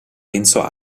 renzo